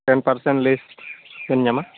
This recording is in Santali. ᱴᱮᱱ ᱯᱟᱨᱥᱮᱱ ᱞᱮᱥ ᱮᱢ ᱧᱟᱢᱟ